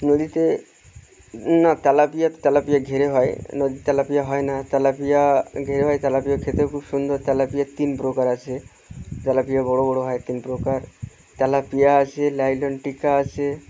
নদীতে না tilapia tilapia ঘিরে হয় নদীর তেলাপিয়া হয় না তেলাপিয়া তেলাপিয়া খেতেও খুব সুন্দর তেলাপিয়া তিন প্রকার আছে তেলাপিয়া বড়ো বড়ো হয় তিন প্রকার তেলাপিয়া আছে লাইলনটিকা আছে